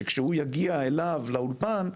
שכשהוא יגיע אליו לאולפן,